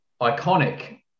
iconic